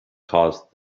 caused